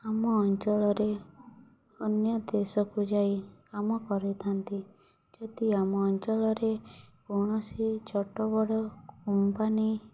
ଆମ ଅଞ୍ଚଳରେ ଅନ୍ୟ ଦେଶକୁ ଯାଇ କାମ କରିଥାନ୍ତି ଯଦି ଆମ ଅଞ୍ଚଳରେ କୌଣସି ଛୋଟ ବଡ଼ କମ୍ପାନୀ